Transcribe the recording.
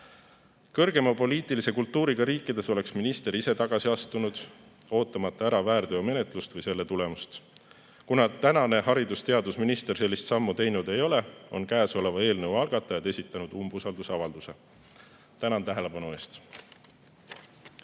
poliitilise kultuuriga riikides oleks minister ise tagasi astunud, ootamata ära väärteomenetlust või selle tulemust. Kuna tänane haridus- ja teadusminister sellist sammu teinud ei ole, on käesoleva [nõude] algatajad esitanud umbusaldusavalduse. Tänan tähelepanu eest!